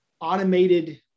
automated